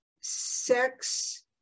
sex